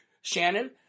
Shannon